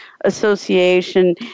Association